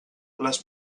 les